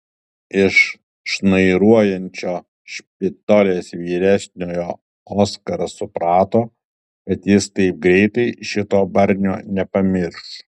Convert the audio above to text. iš šnairuojančio špitolės vyresniojo oskaras suprato kad jis taip greitai šito barnio nepamirš